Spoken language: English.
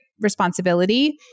responsibility